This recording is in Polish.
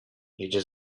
jedzie